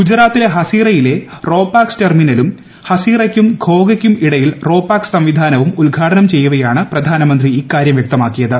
ഗുജറാത്തിലെ ഹസിറയിലെ ro pax ടെർമിനലും ഹസീറയ്ക്കും ഘോഗയ്ക്കും ഇടയിൽ റോ പാക്സ് സംവിധാനവും ഉദ്ഘാടനം ചെയ്യവെയാണ് പ്രധാനമന്ത്രി ഇക്കാരൃം സംഘടിപ്പിച്ച വ്യക്തമാക്കിയത്